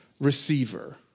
receiver